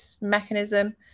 mechanism